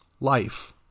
life